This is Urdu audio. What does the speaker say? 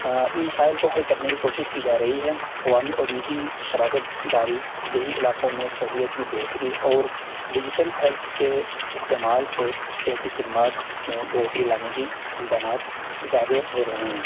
ان مسائل کو حل کرنے کی کوشش کی جا رہی ہے عوامی اور نجی شراکتداری دیہی علاقوں میں سہولیت کی بہتری اور ڈیجیٹل ہیلتھ کے استعمال سے صحت کی خدمات میں بہتری لانے کی امکانات زیادہ ہو رہے ہیں